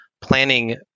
planning